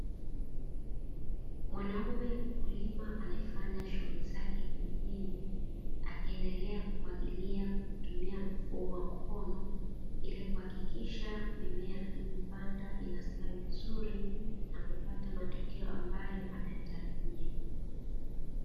Mwanaume mkulima anaefanya shughuli zake kijijini, akiendelea kumwagilia kwakutumia mfumo wa mkono, ili kuhakikisha mimea aliyoipanda inastawi vizuri, na kupata matokeo ambayo anayatarajia.